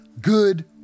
good